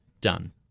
done